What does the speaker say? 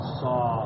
saw